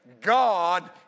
God